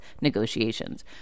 negotiations